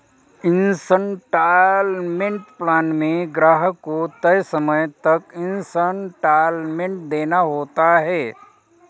instalment plan में ग्राहक को तय समय तक इन्सटॉलमेंट देना होता है